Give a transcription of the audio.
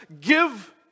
give